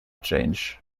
change